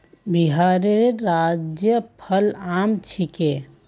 बिहारेर राज्य फल आम छिके